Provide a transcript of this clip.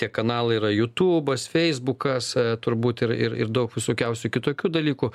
tie kanalai yra jutubas feisbukas turbūt ir ir daug visokiausių kitokių dalykų